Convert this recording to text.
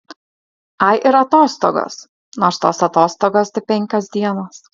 ai ir atostogos nors tos atostogos tik penkios dienos